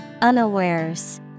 unawares